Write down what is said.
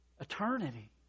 eternity